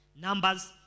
Numbers